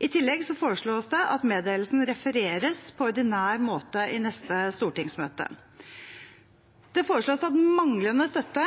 I tillegg foreslås det at meddelelsen refereres på ordinær måte i neste stortingsmøte. Det foreslås at manglende støtte